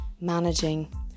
managing